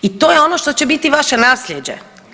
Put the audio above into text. I to je ono što će biti vaše naslijeđe.